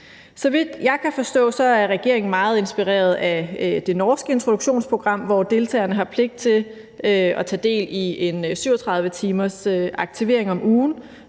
Så vidt jeg kan forstå, er regeringen meget inspireret af det norske introduktionsprogram, hvor deltagerne har pligt til at tage del i 37 timers aktivering om ugen,